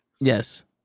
Yes